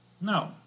No